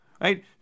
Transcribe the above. right